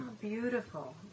beautiful